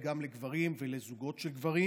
בישראל גם לגברים ולזוגות של גברים,